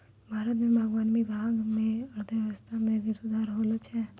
भारत मे बागवानी विभाग से अर्थव्यबस्था मे भी सुधार होलो छै